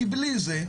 כי בלי זה,